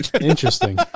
interesting